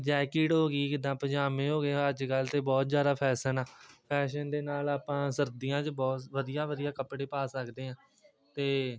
jacket ਹੋ ਗਈ ਕਿੱਦਾਂ ਪਜਾਮੇ ਹੋ ਗਏ ਅੱਜ ਕੱਲ੍ਹ ਤਾਂ ਬਹੁਤ ਜ਼ਿਆਦਾ ਫੈਸਨ ਆ ਫੈਸ਼ਨ ਦੇ ਨਾਲ ਆਪਾਂ ਸਰਦੀਆਂ 'ਚ ਬਹੁਤ ਵਧੀਆ ਵਧੀਆ ਕੱਪੜੇ ਪਾ ਸਕਦੇ ਹਾਂ ਅਤੇ